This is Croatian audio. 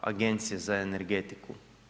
Agencije za energetiku.